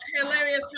Hilarious